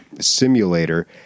simulator